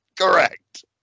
Correct